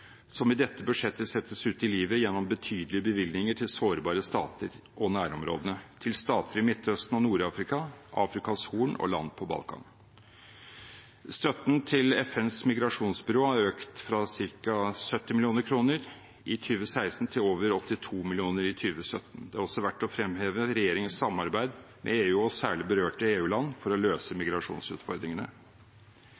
som i dette budsjettet settes ut i livet gjennom betydelige bevilgninger til sårbare stater og nærområdene: stater i Midtøsten, i Nord-Afrika, på Afrikas Horn og land på Balkan. Støtten til FNs migrasjonsbyrå er økt fra ca. 70 mill. kr i 2016 til over 82 mill. kr i 2017. Det er også verdt å fremheve regjeringens samarbeid med EU og særlig med berørte EU-land for å løse